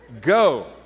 Go